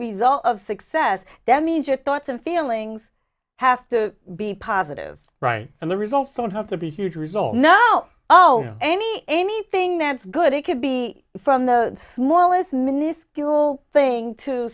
result of success that means your thoughts and feelings have to be positive and the results don't have to be huge result no oh any anything that's good it could be from the smallest miniscule thing to